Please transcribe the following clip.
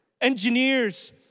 engineers